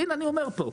והנה אני אומר פה.